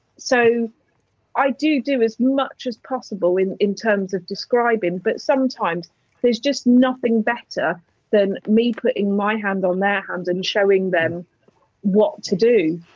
so i do do as much as possible in in terms of describing, but sometimes there's just nothing better than me putting my hand on their hand and showing them what to do.